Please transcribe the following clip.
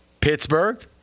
Pittsburgh